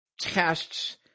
tests